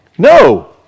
No